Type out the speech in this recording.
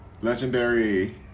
Legendary